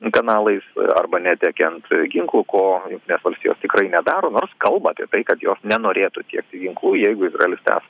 kanalais arba netiekiant ginklų ko jungtinės valstijos tiktai nedaro nors kalba apie tai kad jos nenorėtų tiekti ginklų jeigu izraelis tęs